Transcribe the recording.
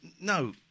no